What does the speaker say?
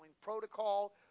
protocol